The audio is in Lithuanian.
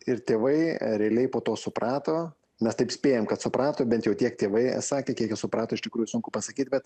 ir tėvai realiai po to suprato mes taip spėjam kad suprato bent jau tiek tėvai sakė kiek jie suprato iš tikrųjų sunku pasakyt bet